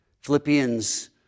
Philippians